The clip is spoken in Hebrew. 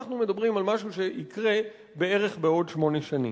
אנחנו מדברים על משהו שיקרה בערך בעוד שמונה שנים.